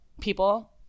People